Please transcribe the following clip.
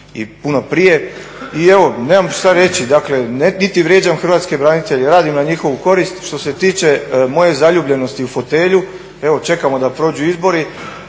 i puno prije. I evo, nemam šta reći, dakle niti vrijeđam hrvatske branitelje, radim na njihovu korist. Što se tiče moje zaljubljenosti u fotelju, evo čekamo da prođu izbori,